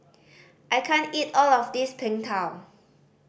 I can't eat all of this Png Tao